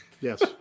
Yes